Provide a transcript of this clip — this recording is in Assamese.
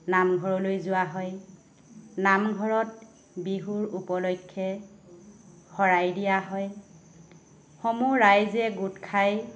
নামঘৰলৈ যোৱা হয় নামঘৰত বিহুৰ উপলক্ষে শৰাই দিয়া হয় সমূহ ৰাইজে গোট খাই